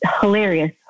hilarious